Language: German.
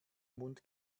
mund